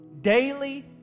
daily